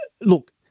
Look